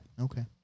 Okay